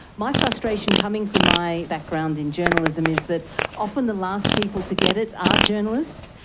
my frustration, coming from my background in journalism, is that often the last people to get it are journalists.